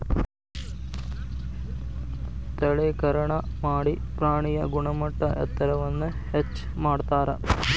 ತಳೇಕರಣಾ ಮಾಡಿ ಪ್ರಾಣಿಯ ಗುಣಮಟ್ಟ ಎತ್ತರವನ್ನ ಹೆಚ್ಚ ಮಾಡತಾರ